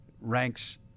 ranks